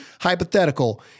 hypothetical